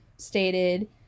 stated